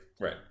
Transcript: Right